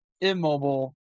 immobile